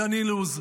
דן אילוז,